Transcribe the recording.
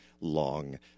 long